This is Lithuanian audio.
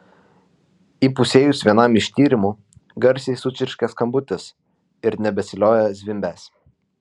įpusėjus vienam iš tyrimų garsiai sučirškė skambutis ir nebesiliovė zvimbęs